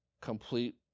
complete